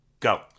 Go